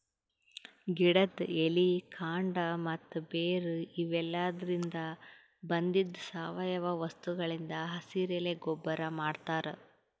ಗಿಡದ್ ಎಲಿ ಕಾಂಡ ಮತ್ತ್ ಬೇರ್ ಇವೆಲಾದ್ರಿನ್ದ ಬಂದಿದ್ ಸಾವಯವ ವಸ್ತುಗಳಿಂದ್ ಹಸಿರೆಲೆ ಗೊಬ್ಬರ್ ಮಾಡ್ತಾರ್